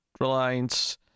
reliance